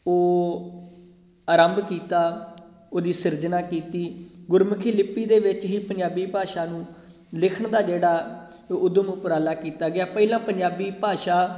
ਉਹ ਆਰੰਭ ਕੀਤਾ ਉਹਦੀ ਸਿਰਜਣਾ ਕੀਤੀ ਗੁਰਮੁਖੀ ਲਿਪੀ ਦੇ ਵਿੱਚ ਹੀ ਪੰਜਾਬੀ ਭਾਸ਼ਾ ਨੂੰ ਲਿਖਣ ਦਾ ਜਿਹੜਾ ਉਦਮ ਉਪਰਾਲਾ ਕੀਤਾ ਗਿਆ ਪਹਿਲਾਂ ਪੰਜਾਬੀ ਭਾਸ਼ਾ